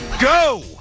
go